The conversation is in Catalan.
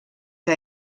que